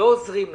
לא עוזרים להם.